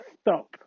stop